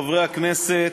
חברי הכנסת,